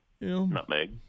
nutmeg